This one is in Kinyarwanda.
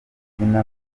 izina